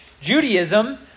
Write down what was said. Judaism